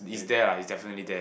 is there lah is definitely there